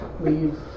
leave